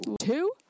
Two